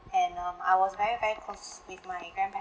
and um I was very very close with my grandparents